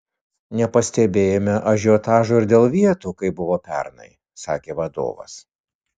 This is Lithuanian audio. nepastebėjome ažiotažo ir dėl vietų kaip buvo pernai sakė vadovas